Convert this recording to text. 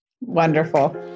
Wonderful